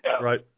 right